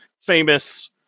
famous